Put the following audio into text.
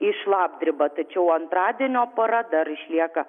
į šlapdribą tačiau antradienio para dar išlieka